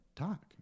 talk